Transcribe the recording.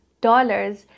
dollars